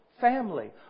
family